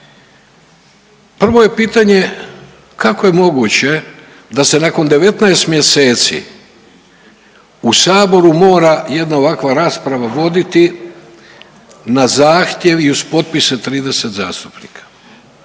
Prvo je pitanje kako je moguće da se nakon 19 mjeseci u saboru mora jedna ovakva rasprava voditi na zahtjev i uz potpis 30 zastupnika.